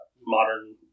modern